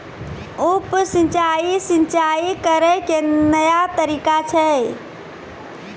उप सिंचाई, सिंचाई करै के नया तरीका छै